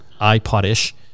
iPod-ish